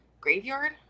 graveyard